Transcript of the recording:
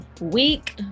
week